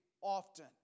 often